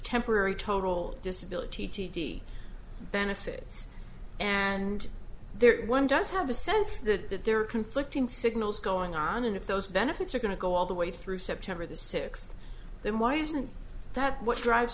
temporary total disability benefits and there's one does have a sense that there are conflicting signals going on and if those benefits are going to go all the way through september the six then why isn't that what drives